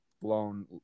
blown